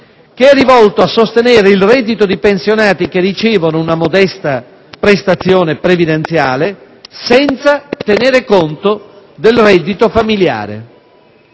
che è rivolto a sostenere il reddito di pensionati che ricevono una modesta prestazione previdenziale, senza tenere conto del reddito familiare.